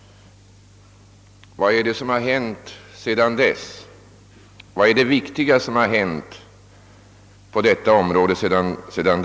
Vad är det viktiga som har hänt på detta område sedan dess?